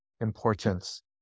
importance